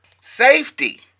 safety